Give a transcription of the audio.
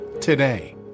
today